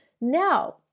now